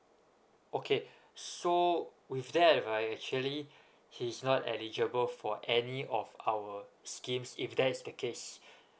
okay so with that right actually he's not eligible for any of our schemes if that's the case